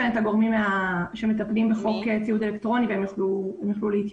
נמצאים כאן גורמים שמטפלים בחוק ציוד אלקטרוני והם יוכלו להתייחס.